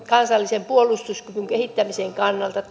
kansallisen puolustuskyvyn kehittämisen kannalta